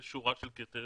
יש שורה של קריטריונים,